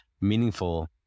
meaningful